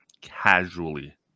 casually